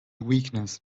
weakness